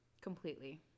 completely